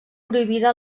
prohibida